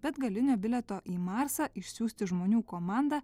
be atgalinio bilieto į marsą išsiųsti žmonių komandą